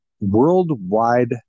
worldwide